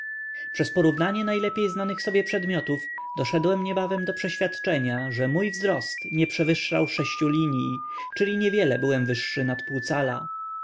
przez porównanie najlepiej znanych sobie przedmiotów doszedłem niebawem do przeświadczenia że mój wzrost nie przewyższał sześciu linij czyli niewiele byłem wyższy nad